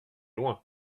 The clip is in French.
loin